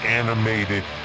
animated